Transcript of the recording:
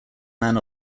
man